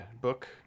book